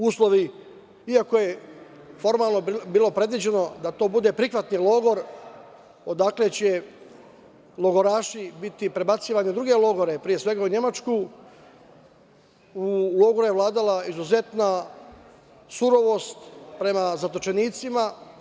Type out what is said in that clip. Uslovi, iako je formalno bilo predviđeno da to bude prihvatni logor, odakle će logoraši biti prebacivani u druge logore, pre svega u Nemačku, u logoru je vladala izuzetna surovost prema zatočenicima.